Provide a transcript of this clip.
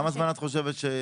כמה זמן את חושבת שנדרש?